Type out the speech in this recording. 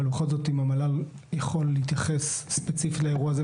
אבל בכל זאת אם המל"ל יכול להתייחס ספציפית לאירוע הזה,